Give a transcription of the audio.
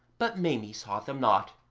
but maimie saw them not.